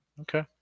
Okay